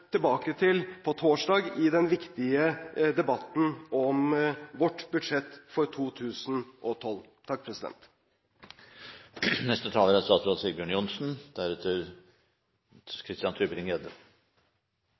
tilbake til på torsdag, i den viktige debatten om vårt budsjett for 2012. I sin første «Fireside Chat» den 12. mars 1933 snakket president